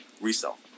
resell